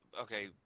okay